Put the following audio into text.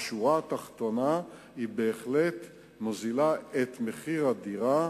השורה התחתונה בהחלט מורידה את מחיר הדירה,